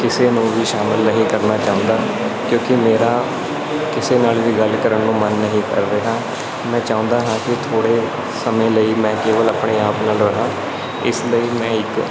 ਕਿਸੇ ਨੂੰ ਵੀ ਸ਼ਾਮਿਲ ਨਹੀਂ ਕਰਨਾ ਚਾਹੁੰਦਾ ਕਿਉਂਕਿ ਮੇਰਾ ਕਿਸੇ ਨਾਲ ਵੀ ਗੱਲ ਕਰਨ ਨੂੰ ਮਨ ਨਹੀਂ ਕਰ ਰਿਹਾ ਮੈਂ ਚਾਹੁੰਦਾ ਹਾਂ ਕਿ ਥੋੜ੍ਹਾ ਸਮੇਂ ਲਈ ਮੈਂ ਕੇਵਲ ਆਪਣੇ ਆਪ ਨਾਲ ਰਹਾਂ ਇਸ ਲਈ ਮੈਂ ਇੱਕ